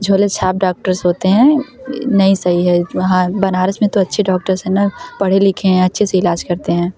झोलेछाप doctors होते हैं नहीं सही है वहाँ बनारस में तो अच्छे डॉक्टर्स है न पढ़े लिखे हैं अच्छे से इलाज़ करते हैं